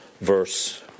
verse